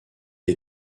est